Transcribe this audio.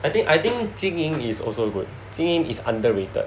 I think I think 金营 is also good 金营 is underrated